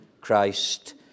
Christ